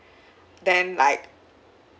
then like